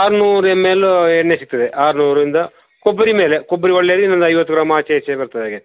ಆರುನೂರು M L ಎಣ್ಣೆ ಸಿಗ್ತದೆ ಆರುನೂರರಿಂದ ಕೊಬ್ಬರಿ ಮೇಲೆ ಕೊಬ್ಬರಿ ಒಳ್ಳೆದು ಇನ್ನೊಂದು ಐವತ್ತು ಗ್ರಾಮ್ ಆಚೆ ಈಚೆ ಬರ್ತದೆ ಹಾಗೆ